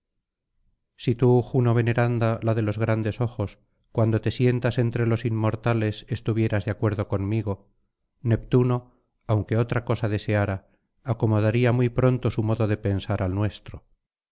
si tú juno veneranda la de los grandes ojos cuando te sientas entre los inmortales estuvieras de acuerdo conmigo neptuno aunque otra cosa deseara acomodaría muy pronto su modo de pensar al nuestro